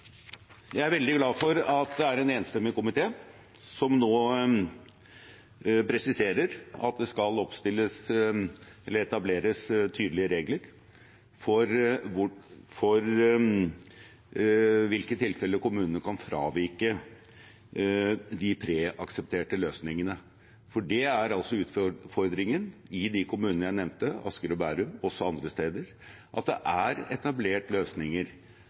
Jeg er veldig glad for at det er en enstemmig komité som nå presiserer at det skal etableres tydelige regler for i hvilke tilfeller kommunene kan fravike de preaksepterte løsningene. For utfordringen i de kommunene jeg nevnte, Asker og Bærum, og også andre steder, er at det er etablert løsninger